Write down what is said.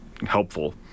helpful